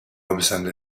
obstante